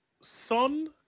Son